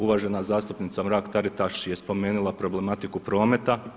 Uvažena zastupnica Mrak Taritaš je spomenula problematiku prometa.